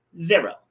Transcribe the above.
Zero